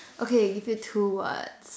okay give you two words